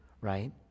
right